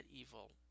evil